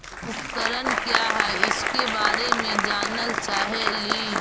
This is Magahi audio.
उपकरण क्या है इसके बारे मे जानल चाहेली?